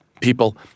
people